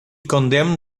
condemned